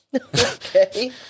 Okay